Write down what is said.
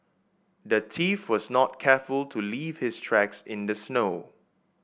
the thief was not careful to leave his tracks in the snow